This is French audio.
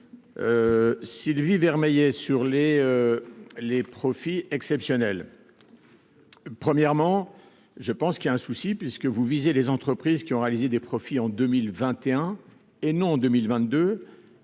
Sylvie Vermeillet sur les les profits exceptionnels : premièrement, je pense qu'il y a un souci puisque vous visez les entreprises qui ont réalisé des profits en 2021 et non en 2022,